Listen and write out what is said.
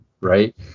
right